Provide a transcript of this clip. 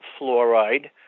fluoride